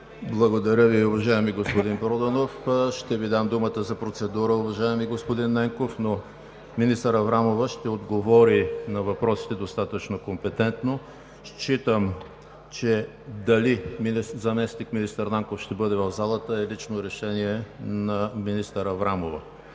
Проданов. (Реплика от ГЕРБ: „Процедура!“) Ще Ви дам думата за процедура, уважаеми господин Ненков. Министър Аврамова ще отговори на въпросите достатъчно компетентно. Считам, че дали заместник-министър Нанков ще бъде в залата е лично решение на министър Аврамова.